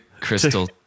crystal